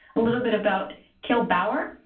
a little bit about kaile bower.